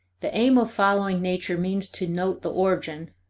the aim of following nature means to note the origin,